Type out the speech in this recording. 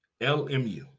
LMU